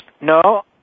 No